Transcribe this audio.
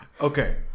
Okay